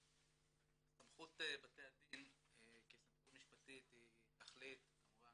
סמכות בתי הדין כסמכות משפטית היא להחליט כמובן